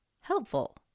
helpful